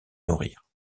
nourrir